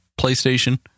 PlayStation